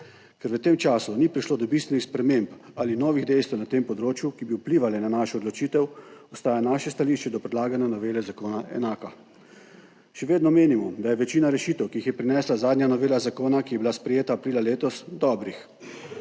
Ker v tem času ni prišlo do bistvenih sprememb ali novih dejstev na tem področju, ki bi vplivale na našo odločitev, ostaja naše stališče do predlagane novele zakona enaka. Še vedno menimo, da je večina rešitev, ki jih je prinesla zadnja novela zakona, ki je bila sprejeta aprila letos, dobrih.